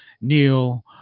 neil